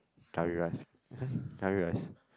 curry rice curry rice